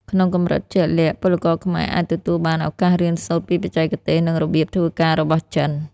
ក្នុងកម្រិតជាក់លាក់ ពលករខ្មែរអាចទទួលបានឱកាសរៀនសូត្រពីបច្ចេកទេស និងរបៀបធ្វើការរបស់ចិន។